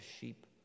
sheep